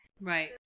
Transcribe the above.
Right